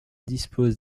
dispose